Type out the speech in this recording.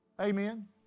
Amen